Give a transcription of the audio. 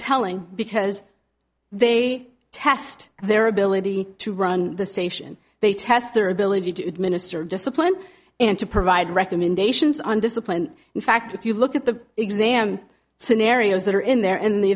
telling because they test their ability to run the station they test their ability to administer discipline and to provide recommendations on discipline in fact if you look at the exam scenarios that are in there and the